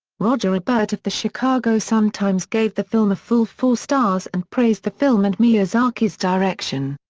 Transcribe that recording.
roger ebert of the chicago sun-times gave the film a full four stars and praised the film and miyazaki's direction.